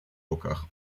руках